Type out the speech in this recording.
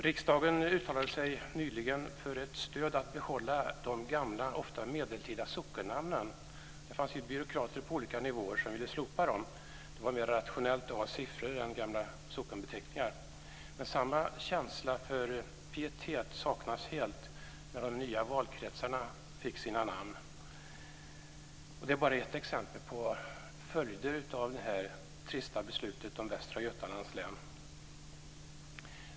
Riksdagen uttalade nyligen sitt stöd för att behålla de gamla, ofta medeltida sockennamnen. Det fanns ju byråkrater på olika nivåer som ville slopa dem. De tyckte att det var mer rationellt att använda siffror än gamla sockenbeteckningar. Men samma känsla för pietet saknades helt när de nya valkretsarna fick sina namn. Det är bara ett exempel på följder av det trista beslutet om Västra Götalands län.